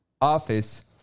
Office